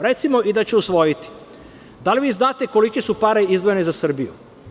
Recimo i da će usvojiti, da li vi znate kolike su pare izdvojene za Srbiju?